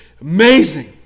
amazing